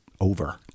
over